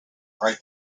right